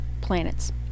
planets